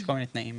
כל מיני תנאים